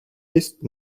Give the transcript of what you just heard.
есть